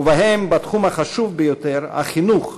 ובהם בתחום החשוב ביותר, החינוך,